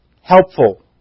helpful